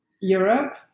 Europe